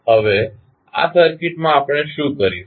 હવે આ સર્કિટમાં આપણે શું કરીશું